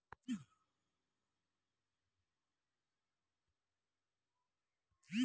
ఆరులక్షలకు పైగా వలస కార్మికులకు యీ పథకం ద్వారా ఉపాధి కల్పించారు